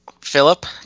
Philip